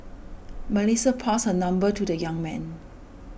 Melissa passed her number to the young man